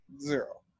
zero